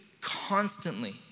constantly